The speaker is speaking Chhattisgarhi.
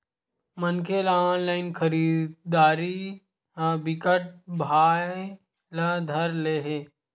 मनखे ल ऑनलाइन खरीदरारी ह बिकट भाए ल धर ले हे